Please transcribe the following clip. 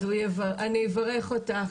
אני אברך אותך,